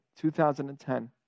2010